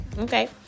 okay